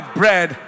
bread